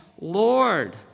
Lord